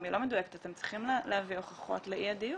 אתם צריכים להביא הוכחות לאי הדיוק,